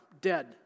dead